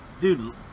dude